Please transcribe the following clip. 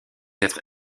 être